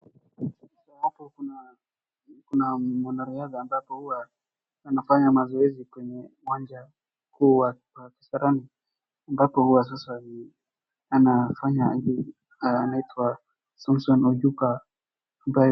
Sasa hapo kuna mwanariadha ambapo huwa anafanya mazoezi kwenye uwanja kuu wa Kasarani ambapo huwa sasa anafanya anaitwa Susan Ojuka ambaye.